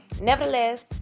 nevertheless